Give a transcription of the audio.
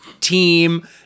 team